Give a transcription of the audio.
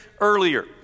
earlier